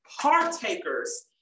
partakers